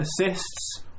assists